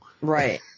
Right